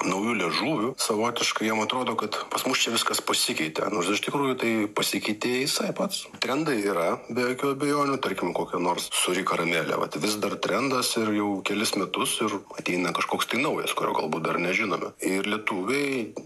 nauju liežuviu savotiškai jam atrodo kad pas mus čia viskas pasikeitė nors iš tikrųjų tai pasikeitė jisai pats trendai yra be jokių abejonių tarkim kokio nors sūri karamele vat vis dar trendas ir jau kelis metus ir ateina kažkoks tai naujas kurio galbūt dar nežinome ir lietuviai